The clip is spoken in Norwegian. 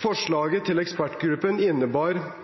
Forslaget til ekspertgruppen innebar